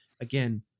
Again